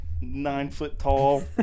nine-foot-tall